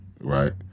Right